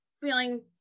feeling